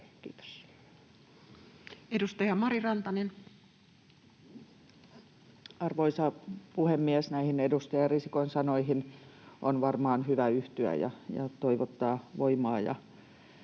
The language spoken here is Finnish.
Time: 21:39 Content: Arvoisa puhemies! Näihin edustaja Risikon sanoihin on varmaan hyvä yhtyä ja toivottaa voimaa